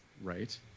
Right